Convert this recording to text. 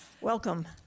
Welcome